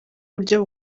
buryo